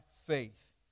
faith